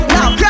Now